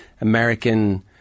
American